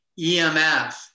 EMF